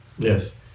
Yes